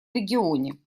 регионе